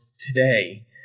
today